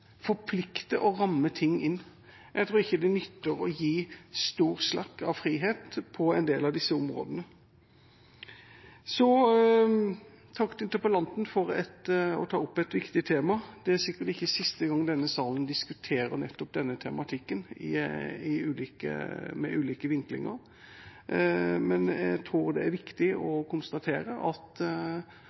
Jeg tror ikke det nytter å gi stor slakk av frihet på en del av disse områdene. Takk til interpellanten for å ta opp et viktig tema. Det er sikkert ikke siste gang denne salen diskuterer nettopp denne tematikken, med ulike vinklinger. Jeg tror det er viktig å konstatere at